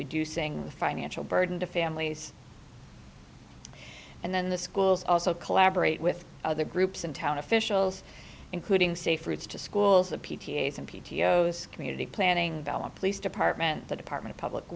reducing the financial burden to families and then the schools also collaborate with other groups and town officials including safe routes to schools the p t a s and p t o s community planning balla police department the department of public